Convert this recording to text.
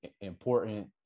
important